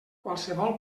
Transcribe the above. qualsevol